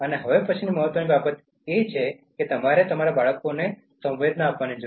હવે પછીની મહત્ત્વની બાબત એ છે કે તમારે તમારા બાળકોને સંવેદના આપવાની જરૂર છે